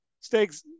stakes